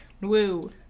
Woo